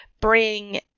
bring